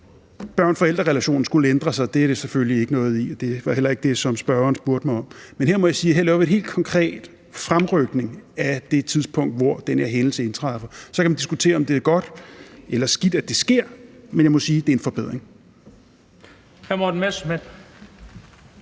børn-/forældrerelationen skulle ændre sig, er der selvfølgelig ikke noget i, og det var heller ikke det, som spørgeren spurgte mig om. Men her må jeg sige, at vi laver en helt konkret fremrykning af det tidspunkt, hvor den her hændelse indtræffer. Så kan man diskutere, om det er godt eller skidt, at det sker, men jeg må sige, at det er en forbedring. Kl. 15:39 Den fg.